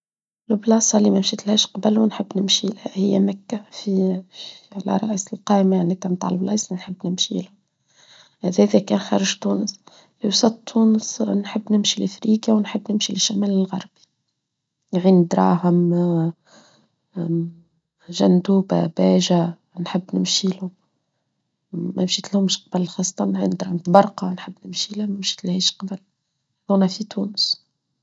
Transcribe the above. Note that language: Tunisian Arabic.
البلاصه إلي مامشيتهاش من قبل و نحب نمشيها هي مكة على رأس القائمة يعني تاعتمبليس نحب نمشيها هذا كان خارج تونس يوصى تونس نحب نمشي لإفريقيا ونحب نمشي للشمال الغربي غندراهم جندوبة باجة نحب نمشيلهم مامشيتشلهمش من قبل خاصة غندرهم تبرقة نحب نمشيليها مامشيتلهاش قبل هنا في تونس.